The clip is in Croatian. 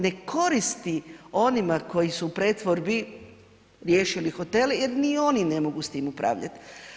Ne koristi onima koji su u pretvorbi riješili hotele jer ni oni ne mogu s tim upravljati.